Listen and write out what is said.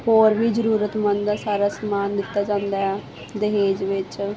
ਹੋਰ ਵੀ ਜਰੂਰਤ ਮੰਦ ਦਾ ਸਾਰਾ ਸਮਾਨ ਦਿੱਤਾ ਜਾਂਦਾ ਦਹੇਜ ਵਿੱਚ